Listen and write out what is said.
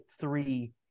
three